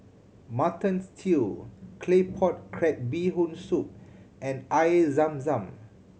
Mutton Stew Claypot Crab Bee Hoon Soup and Air Zam Zam